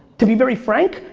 to be very frank,